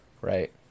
right